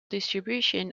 distribution